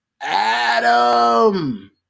Adam